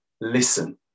listen